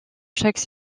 chaque